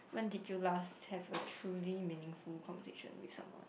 when did you last have a truly meaningful conversation with someone